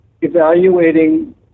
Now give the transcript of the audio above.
evaluating